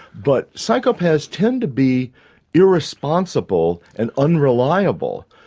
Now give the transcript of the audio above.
but psychopaths tend to be irresponsible and unreliable.